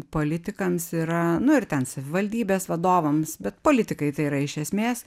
politikams yra nu ir ten savivaldybės vadovams bet politikai tai yra iš esmės